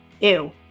Ew